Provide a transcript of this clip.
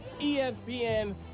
ESPN